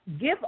give